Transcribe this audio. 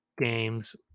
games